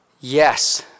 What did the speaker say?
Yes